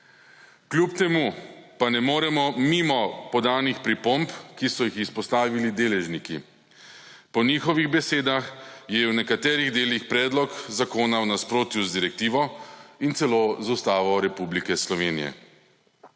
Kljub temu pa ne moremo mimo podanih pripomb, ki so jih izpostavili deležniki. Po njihovih besedah je v nekaterih delih predlog zakona v nasprotju z direktivo in celo z Ustavo Republike Slovenije.